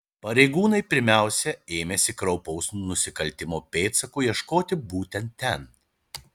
pareigūnai pirmiausia ėmėsi kraupaus nusikaltimo pėdsakų ieškoti būtent ten